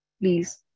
please